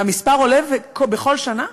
והמספר עולה בכל שנה?